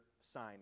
sign